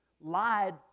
lied